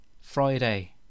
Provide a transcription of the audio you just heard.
Friday